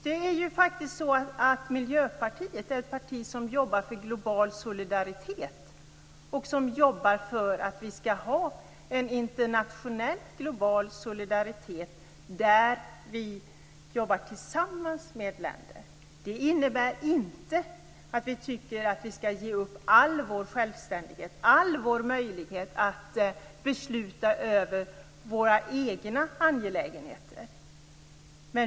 Det är ju faktiskt så att Miljöpartiet är ett parti som jobbar för global solidaritet, för att vi skall ha en internationell global solidaritet där vi arbetar tillsammans med andra länder. Det innebär inte att vi tycker att vi skall ge upp all vår självständighet, all vår möjlighet att besluta över våra egna angelägenheter.